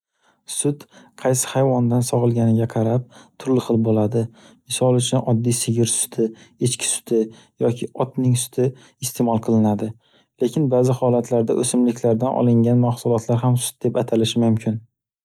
Sut qaysi hayvondan sogʻilganiga qarab turli xil boʻladi, misol uchun oddiy sigir suti, ichki suti, yoki otning suti isteʼmol qilinadi, lekin baʼzi holatlarda o'simliklardan olingan mahsulotlar ham sut deb atalishi mumkin.